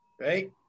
right